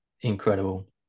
incredible